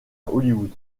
hollywood